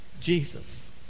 Jesus